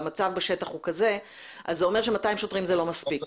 והמצב בשטח הוא כזה אז זה אומר ש-200 שוטרים זה לא מספיק.